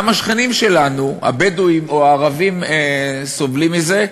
גם השכנים שלנו, הבדואים והערבים, סובלים מזה.